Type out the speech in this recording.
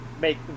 make